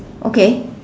okay